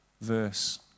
verse